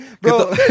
Bro